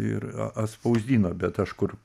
ir atspausdino bet aš kur